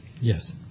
Yes